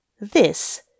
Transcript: This